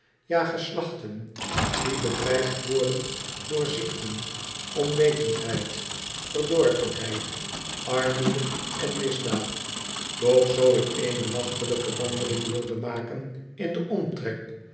ja geslachten die bedreigd worden door ziekten onwetendheid verdorvenheid armoede en misdaad doch zoo ik eene nachtelijke wandeling wilde maken in den omtrek